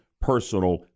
personal